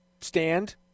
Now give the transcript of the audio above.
stand